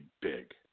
big